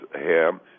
ham